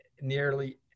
nearly